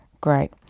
great